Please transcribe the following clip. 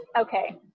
Okay